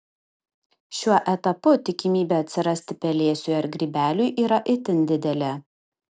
šiuo etapu tikimybė atsirasti pelėsiui ar grybeliui yra itin didelė